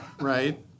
right